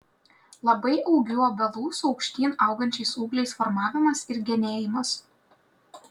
labai augių obelų su aukštyn augančiais ūgliais formavimas ir genėjimas